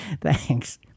Thanks